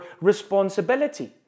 responsibility